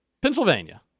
Pennsylvania